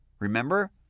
remember